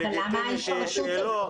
אבל למה ההתפרצות הזאת?